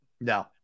No